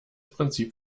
prinzip